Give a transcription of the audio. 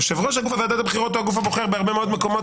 יושב-ראש ועדת הבחירות הוא הגוף הבוחר בהרבה מאוד מקומות.